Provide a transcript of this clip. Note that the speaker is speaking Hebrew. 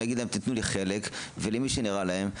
ולהגיד להם שייתנו לה חלק ולמי שנראה להם,